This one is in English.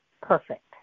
perfect